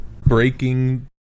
breaking